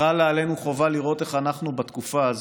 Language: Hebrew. חלה עלינו חובה לראות איך בתקופה הזאת,